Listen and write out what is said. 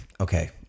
okay